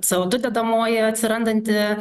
co du dedamoji atsirandanti